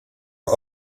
are